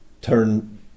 turn